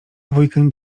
dwójkę